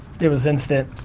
there was instant,